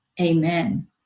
Amen